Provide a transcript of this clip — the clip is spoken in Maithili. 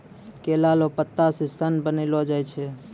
केला लो पत्ता से सन बनैलो जाय छै